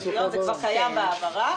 זה כבר קיים בהעברה,